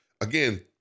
Again